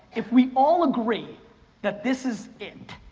if we all agree that this is it,